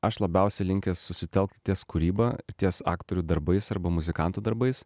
aš labiausiai linkęs susitelkt ties kūryba ties aktorių darbais arba muzikantų darbais